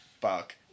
fuck